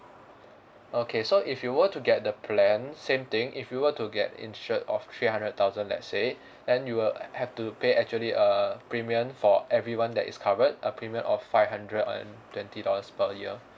okay so if you were to get the plan same thing if you were to get insured of three hundred thousand let's say then you will have to pay actually a premium for everyone that is covered a premium of five hundred and twenty dollars per year